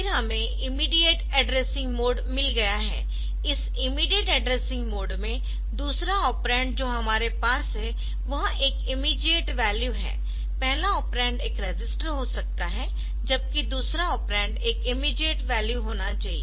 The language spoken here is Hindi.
फिर हमें इमीडियेट एड्रेसिंग मोड मिल गया है इस इमीडियेट एड्रेसिंग मोड में दूसरा ऑपरेंड जो हमारे पास है वह एक इमीडियेट वैल्यू है पहला ऑपरेंड एक रजिस्टर हो सकता है जबकि दूसरा ऑपरेंड एक इमीडियेट वैल्यू होना चाहिए